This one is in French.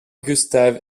gustav